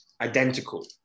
identical